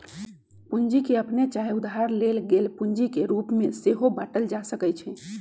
पूंजी के अप्पने चाहे उधार लेल गेल पूंजी के रूप में सेहो बाटल जा सकइ छइ